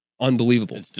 unbelievable